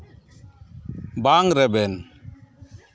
ᱵᱟᱝ ᱨᱮᱵᱮᱱ